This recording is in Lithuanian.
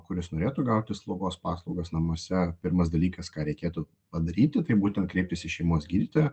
kuris norėtų gauti slaugos paslaugas namuose pirmas dalykas ką reikėtų padaryti tai būtent kreiptis į šeimos gydytoją